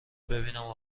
ببینم